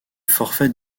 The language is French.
forfait